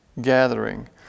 gathering